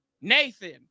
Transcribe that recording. Nathan